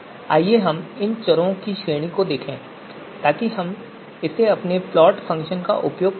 आइए हम इन चरों की श्रेणी को देखें ताकि हम इसे अपने प्लॉट फ़ंक्शन में उपयोग कर सकें